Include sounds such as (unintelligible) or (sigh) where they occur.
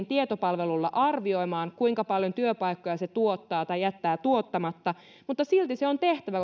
(unintelligible) tietopalvelulla arvioimaan kuinka paljon työpaikkoja se tuottaa tai jättää tuottamatta mutta silti se on tehtävä (unintelligible)